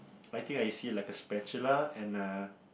I think I see like a spatula and a